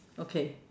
okay